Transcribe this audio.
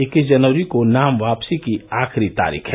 इक्कीस जनवरी को नाम वापसी की आखिरी तारीख है